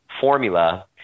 formula